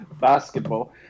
basketball